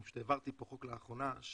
אני פשוט העברתי חוק לאחרונה,